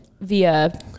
via